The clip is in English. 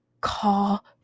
Call